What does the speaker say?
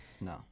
No